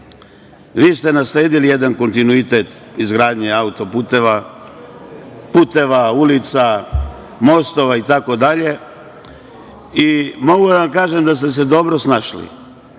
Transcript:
vi ste nasledili jedan kontinuitet izgradnje auto-puteva, puteva, ulica, mostova, itd, i mogu da vam kažem da ste se dobro snašli.